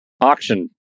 auction